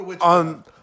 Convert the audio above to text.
on